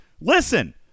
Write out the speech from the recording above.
Listen